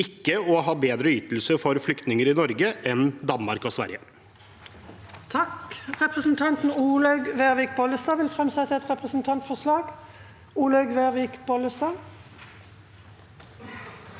ikke å ha bedre ytelser for flyktninger i Norge enn i Danmark og Sverige.